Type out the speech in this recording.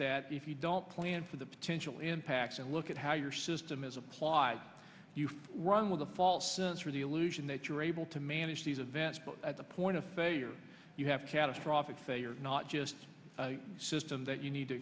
that if you don't plan for the potential impacts and look at how your system is applied you run with a false sense for the illusion that you are able to manage these events but at the point of failure you have catastrophic failure not just system that you need to